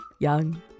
Young